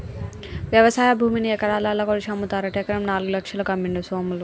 వ్యవసాయ భూమిని ఎకరాలల్ల కొలిషి అమ్ముతారట ఎకరం నాలుగు లక్షలకు అమ్మిండు సోములు